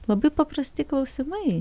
labai paprasti klausimai